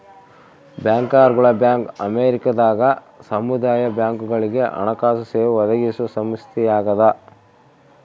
ಬ್ಯಾಂಕರ್ಗಳ ಬ್ಯಾಂಕ್ ಅಮೇರಿಕದಾಗ ಸಮುದಾಯ ಬ್ಯಾಂಕ್ಗಳುಗೆ ಹಣಕಾಸು ಸೇವೆ ಒದಗಿಸುವ ಸಂಸ್ಥೆಯಾಗದ